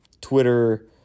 Twitter